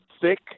thick